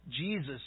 Jesus